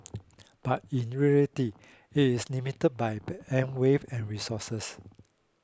but in reality it is limited by bandwidth and resources